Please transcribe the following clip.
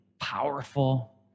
powerful